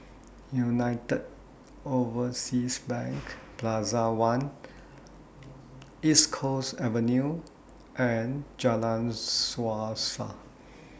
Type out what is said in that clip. United Overseas Bank Plaza one East Coast Avenue and Jalan Suasa